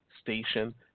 Station